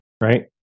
right